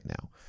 now